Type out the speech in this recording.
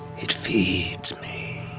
it feeds me.